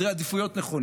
אמור לדאוג למים